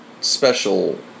special